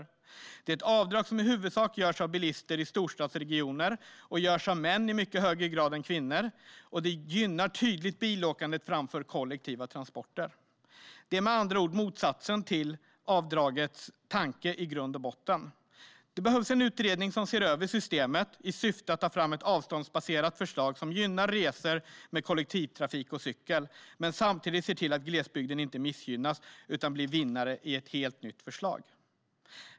Detta är ett avdrag som i huvudsak görs av bilister i storstadsregioner och som görs av män i mycket högre grad än kvinnor. Avdraget gynnar på ett tydligt sätt bilåkande framför kollektiva transporter. Det är med andra ord motsatsen till avdragets tanke i grund och botten. Det behövs en utredning som ser över systemet i syfte att ta fram ett avståndsbaserat förslag som gynnar resor med kollektivtrafik och cykel men samtidigt ser till att glesbygden inte missgynnas utan blir vinnare i ett helt nytt förslag.